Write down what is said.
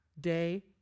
day